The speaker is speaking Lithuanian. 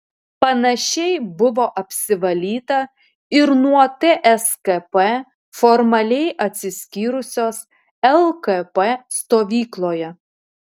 panašiai buvo apsivalyta ir nuo tskp formaliai atsiskyrusios lkp stovykloje